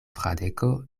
fradeko